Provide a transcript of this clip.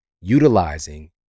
utilizing